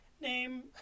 name